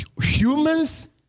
Humans